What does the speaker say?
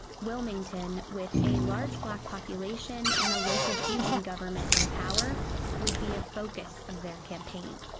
wilmington, with a large black population and a local fusion government in power would be a focus of their campaign.